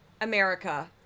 america